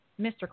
Mr